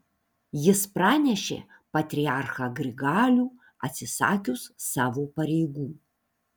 jis pranešė patriarchą grigalių atsisakius savo pareigų